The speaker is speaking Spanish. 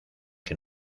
que